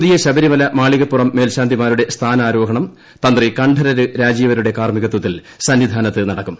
പുതിയ ശബരിമല മാളികപ്പുറം മേൽശാന്തിമാരുടെ സ്ഥാനാരോഹണം തന്ത്രി കണ്ഠരര് രാജീവരരുടെ കാർമ്മികത്വത്തിൽ സന്നിധാനത്ത് നടക്കും